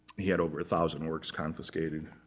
he had over a thousand works confiscated.